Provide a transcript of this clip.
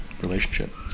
relationship